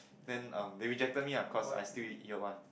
then uh they rejected me ah cause I still year one